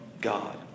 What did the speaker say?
God